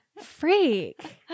Freak